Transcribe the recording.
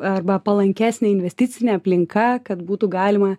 arba palankesnė investicinė aplinka kad būtų galima